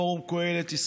פורום קהלת,